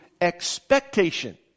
expectation